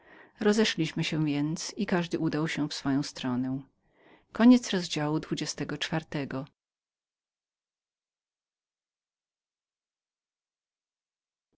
rozeszliśmy się więc i każdy udał się w swoją stronę